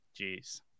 jeez